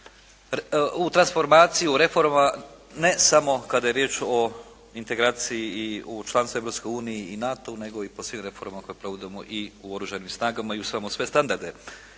u transformaciji u reformama ne samo kada je riječ o integraciji i u članstvu u Europskoj uniji i u NATO-u nego i o po svim reformama koje provodimo i u Oružanim snagama i usvajamo sve standarde.